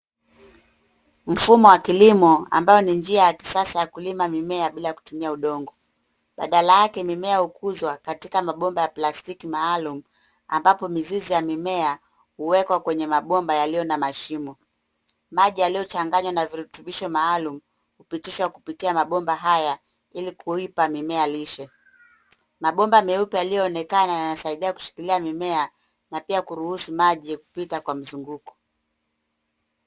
Mfumo wa kilimo ambao ni njia ya kisasa ya kulima mimea bila kutumia udongo, badala yake mimea hukuzwa katika mabomba ya plastiki maalum ambapo mizizi ya mimea huwekwa kwenye mabomba yaliyo na mashimo. Maji yaliyochanganywa na virutubisho maalum, hupitishwa kupitia mabomba haya ili kuipa mimea lishe. Mabomba meupe yaliyoonekana yanasaidia kushikilia mimea na pia kuruhusu maji kupita Kwa mzunguko.